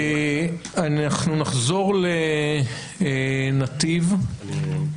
אנחנו נחזור לנתיב, לגנאדי.